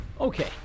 Okay